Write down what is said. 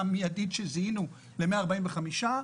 45,